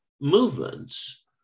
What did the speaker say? movements